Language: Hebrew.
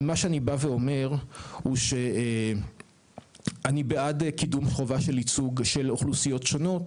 מה שאני בא ואומר הוא שאני בעד קידום חובה של ייצוג של אוכלוסיות שונות,